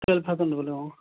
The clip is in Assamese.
টুৱেল্ভ থাউজেণ্ড দিব লাগিব